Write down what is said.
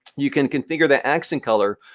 you can configure the accent color,